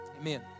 Amen